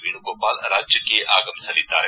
ವೇಣುಗೋಪಾಲ್ ರಾಜ್ಯಕ್ಕೆ ಆಗಮಿಸಲಿದ್ದಾರೆ